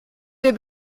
wir